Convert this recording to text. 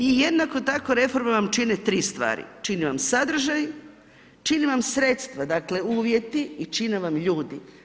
I jednako tako reforma vam čini tri stvari, čini vam sadržaj, čini vam sredstva, dakle uvjeti i čine vam ljudi.